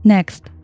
Next